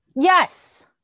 Yes